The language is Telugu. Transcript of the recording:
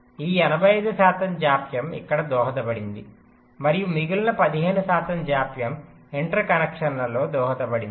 ఈ 85 శాతం జాప్యం ఇక్కడ దోహదపడింది మరియు మిగిలిన 15 శాతం జాప్యం ఇంటర్ కనెక్షన్లలో దోహదపడింది